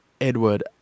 Edward